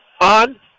On